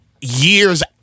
years